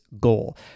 goal